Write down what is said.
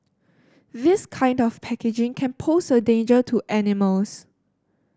this kind of packaging can pose a danger to animals